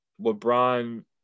LeBron